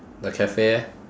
the cafe eh